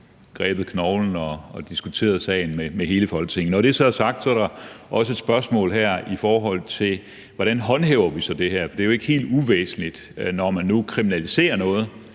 grebet knoglen og diskuteret sagen med hele Folketinget. Når det er sagt, er der også et spørgsmål her om, hvordan vi så håndhæver det her. Det er jo ikke helt uvæsentligt, at der, når man nu kriminaliserer noget,